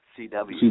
CW